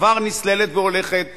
שכבר הולכת ונסללת,